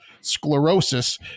sclerosis